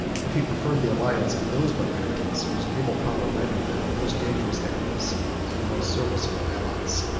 if he preferred the alliance of those barbarians, whose naval power rendered them the most dangerous enemies and the most serviceable allies.